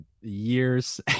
years